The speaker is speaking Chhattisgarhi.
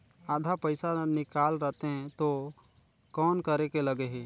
आधा पइसा ला निकाल रतें तो कौन करेके लगही?